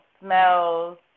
smells